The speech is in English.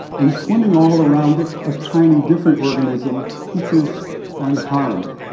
and swimming all around it, a tiny different organism which is unharmed.